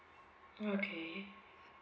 okay